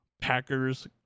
Packers